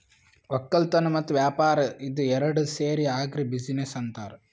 ವಕ್ಕಲತನ್ ಮತ್ತ್ ವ್ಯಾಪಾರ್ ಇದ ಏರಡ್ ಸೇರಿ ಆಗ್ರಿ ಬಿಜಿನೆಸ್ ಅಂತಾರ್